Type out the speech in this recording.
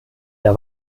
der